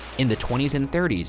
in the twenty s and thirty s,